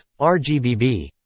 RGBB